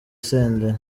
senderi